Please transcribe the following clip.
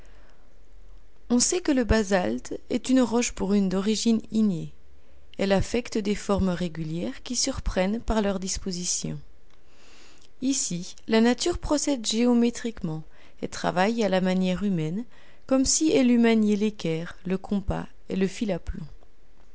on sait que le basalte est une roche brune d'origine ignée elle affecte des formes régulières qui surprennent par leur disposition ici la nature procède géométriquement et travaille à la manière humaine comme si elle eût manié l'équerre le compas et le fil à plomb